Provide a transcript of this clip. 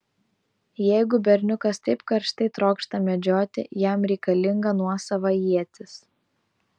jeigu berniukas taip karštai trokšta medžioti jam reikalinga nuosava ietis